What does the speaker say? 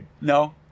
no